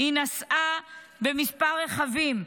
היא נסעה בכמה רכבים,